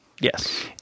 Yes